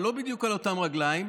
לא הבנתי מה הקשר.